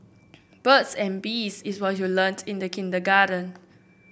birds and bees is what you learnt in the kindergarten